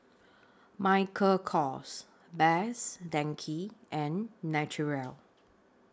Michael Kors Best Denki and Naturel